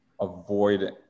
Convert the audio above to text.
avoid